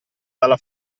dalla